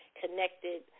connected